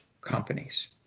companies